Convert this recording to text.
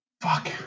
Fuck